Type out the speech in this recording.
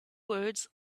words